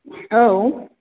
औ